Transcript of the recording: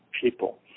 people